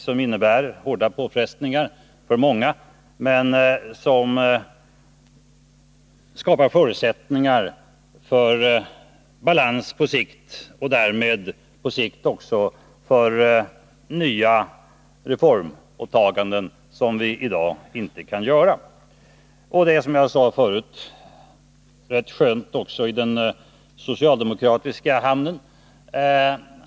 Den innebär hårda påfrestningar för många men skapar förutsättningar för balans på sikt och därmed nya reformåtaganden, som vi i dag inte kan klara. Det är, som jag sade förut, rätt skönt också i den socialdemokratiska hamnen.